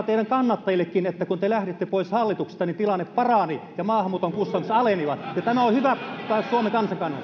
teidän kannattajillennekin että kun te lähditte pois hallituksesta niin tilanne parani ja maahanmuuton kustannukset alenivat ja tämä on hyvä suomen